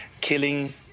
killing